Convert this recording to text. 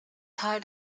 tal